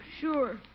Sure